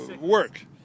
work